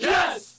Yes